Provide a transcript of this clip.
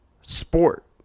sport